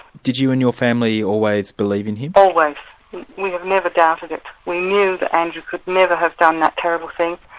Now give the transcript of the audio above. did you and your family always believe in him? always. we have never doubted it. we knew that andrew could never have done that terrible thing.